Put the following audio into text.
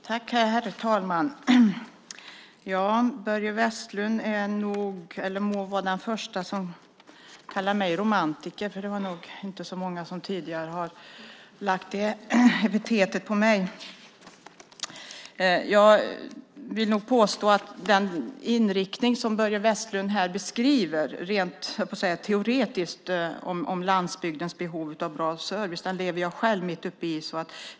Herr talman! Börje Vestlund är den första som kallar mig romantiker. Det är inte så många som tidigare har lagt det epitetet på mig. Jag påstår att den inriktning Börje Vestlund här beskriver rent teoretiskt om landsbygdens behov av bra service lever jag själv mitt uppe i.